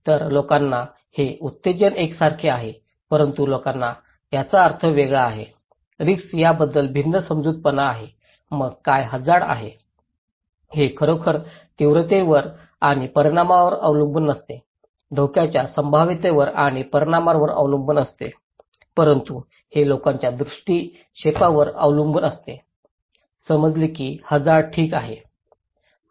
तर लोकांना हे उत्तेजन एकसारखेच आहे परंतु लोकांना याचा अर्थ वेगळा आहे रिस्क याबद्दल भिन्न समजूतदारपणा आहे मग काय हझार्ड आहे हे खरोखरच तीव्रतेवर आणि परिणामावर अवलंबून नसते धोक्यांच्या संभाव्यतेवर आणि परिणामावर अवलंबून असते परंतु हे लोकांच्या दृष्टीक्षेपावर अवलंबून असते समजले की हझार्ड ठीक आहे